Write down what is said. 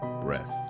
breath